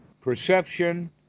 perception